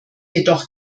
jedoch